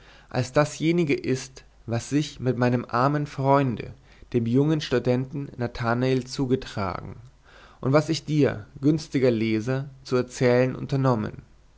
als dasjenige ist was sich mit meinem armen freunde dem jungen studenten nathanael zugetragen und was ich dir günstiger leser zu erzählen unternommen